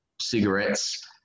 cigarettes